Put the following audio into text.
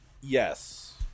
yes